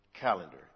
calendar